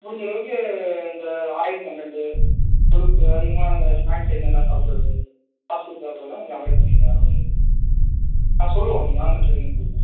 முடிஞ்சளவுக்கு அந்த oil content கொழுப்பு அதிகமாக இந்த ஸ்நாக்ஸ் ஐட்டம் இதெலாம் சாப்பிட்றது ஃபாஸ்ட் ஃபுட் சாப்பிட்றதலாம் கொஞ்சம் அவாய்ட் பண்ணிக்குங்க வேறு ஒன்றும் இல்லை ஆ சொல்லுவோம் நீங்கள் வாங்க ட்ரைனிங்